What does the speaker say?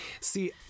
see